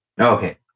Okay